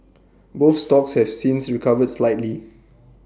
both stocks have since recovered slightly